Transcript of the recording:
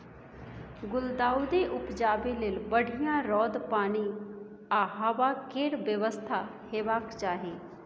गुलदाउदी उपजाबै लेल बढ़ियाँ रौद, पानि आ हबा केर बेबस्था हेबाक चाही